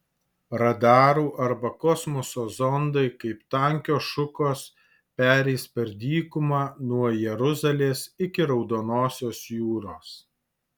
radarų arba kosmoso zondai kaip tankios šukos pereis per dykumą nuo jeruzalės iki raudonosios jūros